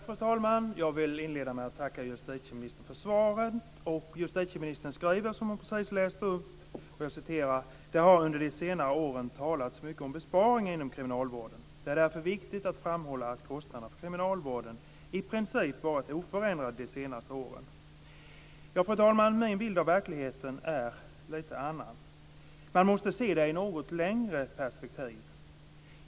Fru talman! Jag vill inleda med att tacka justitieministern för svaret. Justitieministern skriver följande i sitt svar, som hon precis läste upp: "Det har under det senaste året talats mycket om besparingar inom kriminalvården. Det är därför viktigt att framhålla att kostnaderna för kriminalvården i princip har varit oförändrade de senaste åren." Fru talman! Min bild av verkligheten är en annan. Man måste se det i ett något längre perspektiv.